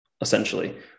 essentially